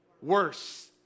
worse